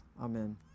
Amen